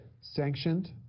sanctioned